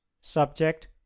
subject